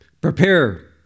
prepare